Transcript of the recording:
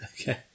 Okay